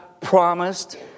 promised